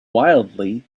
wildly